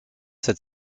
sept